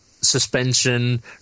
Suspension